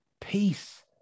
peace